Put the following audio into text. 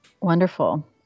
wonderful